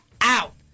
out